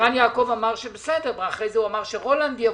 ערן יעקב אמר בסדר, אחר כך הוא אמר שרולנד יבוא,